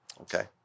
okay